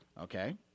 Okay